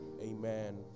Amen